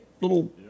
little